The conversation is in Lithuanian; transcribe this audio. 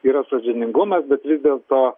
yra sąžiningumas bet vis dėlto